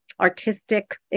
artistic